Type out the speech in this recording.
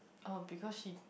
oh because she